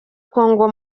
congo